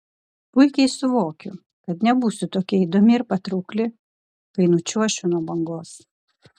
puikiai suvokiu kad nebūsiu tokia įdomi ir patraukli kai nučiuošiu nuo bangos